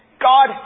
God